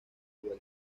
vuelta